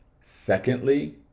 Secondly